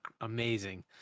amazing